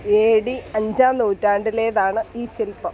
A D അഞ്ചാം നൂറ്റാണ്ടിലേതാണ് ഈ ശിൽപ്പം